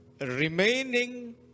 remaining